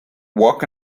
walk